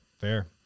Fair